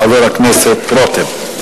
חבר הכנסת רותם.